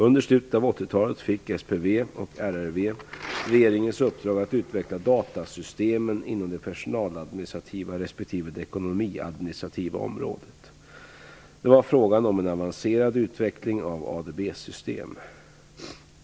Under slutet av 80-talet fick SPV och RRV regeringens uppdrag att utveckla datasystemen inom det personaladministrativa respektive det ekonomiadministrativa området. Det var frågan om en avancerad utveckling av ADB-systemen.